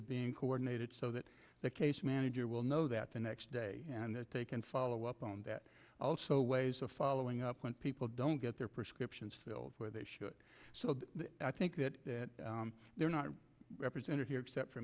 being coordinated so that the case manager will know that and that they can follow up on that also ways of following up when people don't get their prescriptions filled where they should so i think that they're not represented here except for